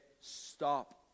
stop